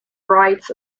rights